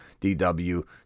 DW